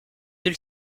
ils